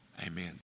amen